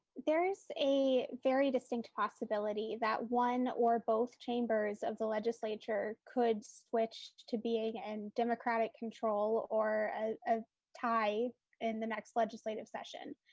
there's a very distinct possibility that one or both chambers of the legislature could switch to be a and democratic control or a tie in the next legislative session.